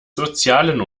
sozialen